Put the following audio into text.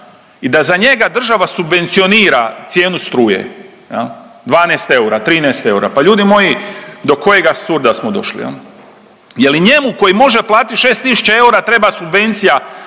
i da za njega država subvencionira cijenu struje jel, 12 eura, 13 eura, pa ljudi moji do kojeg apsurda smo došli jel. Je li njemu koji može platiti 6 tisuća eura treba subvencija